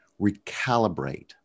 recalibrate